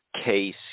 case